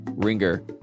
Ringer